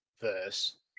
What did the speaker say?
verse